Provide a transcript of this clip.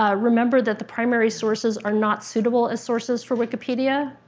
ah remember that the primary sources are not suitable as sources for wikipedia,